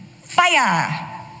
fire